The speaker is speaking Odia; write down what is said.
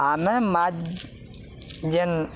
ଆମେ ମାଛ୍ ଯେନ୍